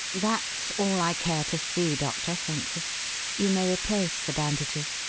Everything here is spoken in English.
that's all i care to see, doctor, thank you. you may replace the bandages.